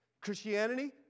Christianity